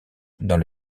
dans